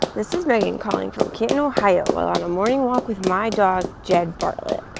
this is megan calling from canton, ohio, while on a morning walk with my dog, jed bartlet.